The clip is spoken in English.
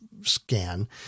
scan